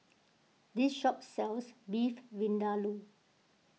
this shop sells Beef Vindaloo